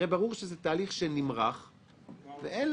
מיקי,